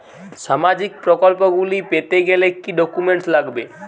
সামাজিক প্রকল্পগুলি পেতে গেলে কি কি ডকুমেন্টস লাগবে?